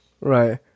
Right